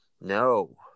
No